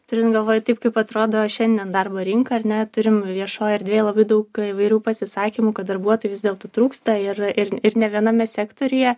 turint galvoj taip kaip atrodo šiandien darbo rinka ar ne turim viešoj erdvėj labai daug įvairių pasisakymų kad darbuotojų vis dėlto trūksta ir ir ir ne viename sektoriuje